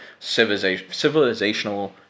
civilizational